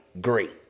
great